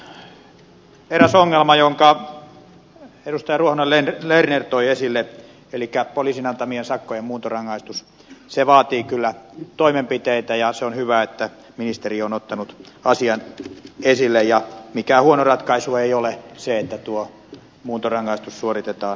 tuo eräs ongelma jonka edustaja ruohonen lerner toi esille elikkä poliisin antamien sakkojen muuntorangaistus vaatii kyllä toimenpiteitä ja se on hyvä että ministeri on ottanut asian esille ja mikään huono ratkaisu ei ole se että tuo muuntorangaistus suoritetaan vankilassa